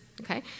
Okay